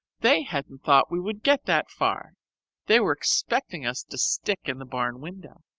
they hadn't thought we would get that far they were expecting us to stick in the barn window.